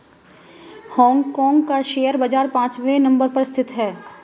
Hong Kong का share बाजार पांचवे नम्बर पर स्थित है